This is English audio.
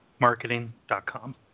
marketing.com